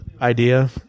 idea